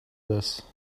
this